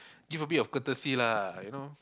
give a bit of courtesy lah you know